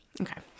Okay